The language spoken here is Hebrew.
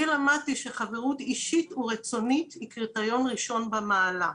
אני למדתי שחברות אישית ורצונית היא קריטריון ראשון במעלה.